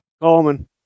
Coleman